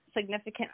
significant